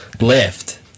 left